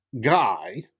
guy